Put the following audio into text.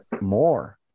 more